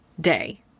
day